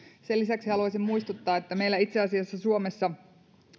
sen lisäksi haluaisin muistuttaa että itse asiassa meillä suomessa